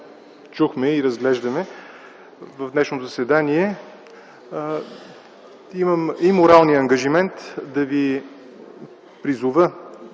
чухме и разглеждаме в днешното заседание, имам и моралния ангажимент да ви призова